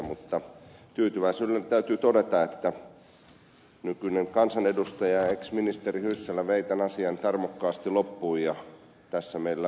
mutta tyytyväisyydellä täytyy todeta että nykyinen kansanedustaja ja ex ministeri hyssälä vei tämän asian tarmokkaasti loppuun ja tässä meillä on erinomainen esitys